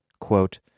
Quote